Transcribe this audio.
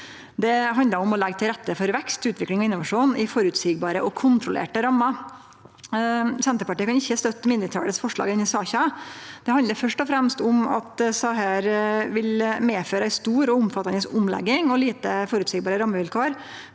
Det handlar om å leggje til rette for vekst, utvikling og innovasjon i føreseielege og kontrollerte rammer. Senterpartiet kan ikkje støtte mindretalet sine forslag i denne saka. Det handlar først og fremst om at dei vil medføre ei stor og omfattande omlegging og lite føreseielege rammevilkår